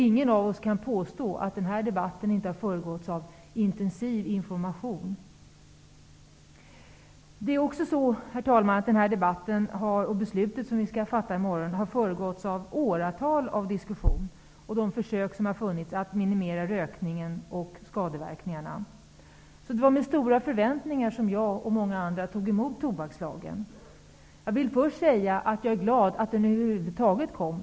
Ingen av oss kan påstå att den här debatten inte föregåtts av intensiv information. Herr talman! Den här debatten och det beslut som vi kommer att fatta i morgon har föregåtts av åratal av diskussion om och försök att minimera rökningen och skadeverkningarna. Det var med stora förväntningar som jag och många andra tog emot förslaget om tobakslag. Jag vill först säga att jag är glad att det över huvud taget kom.